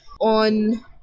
on